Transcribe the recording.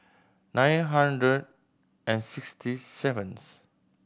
nine hundred and sixty seventh